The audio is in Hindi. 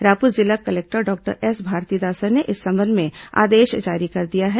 रायपुर जिला कलेक्टर डॉक्टर एस भारतीदासन ने इस संबंध में आदेश जारी कर दिया है